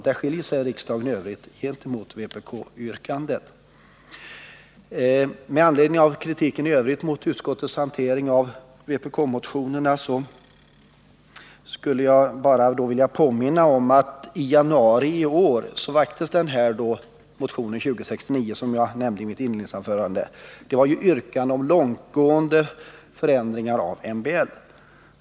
Med anledning av den övriga kritiken mot utskottets hantering av vpk-motionerna skulle jag bara vilja påminna om att i januari i år väcktes motion nr 2069 med yrkanden om långtgående förändringar i MBL.